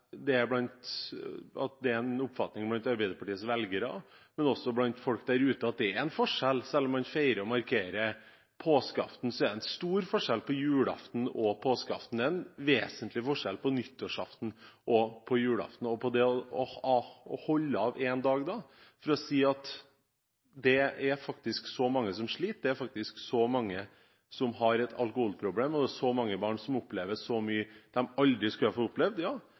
er en oppfatning blant Arbeiderpartiets velgere, men også blant folk der ute, at det er en forskjell. Selv om man feirer og markerer påskeaften, er det en stor forskjell på julaften og på påskeaften, og det er en vesentlig forskjell på nyttårsaften og på julaften. Det å holde av én dag når det faktisk er så mange som sliter, når det er så mange som har et alkoholproblem, og når så mange barn opplever mye de aldri skulle ha opplevd,